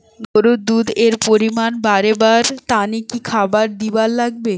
গরুর দুধ এর পরিমাণ বারেবার তানে কি খাবার দিবার লাগবে?